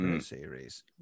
series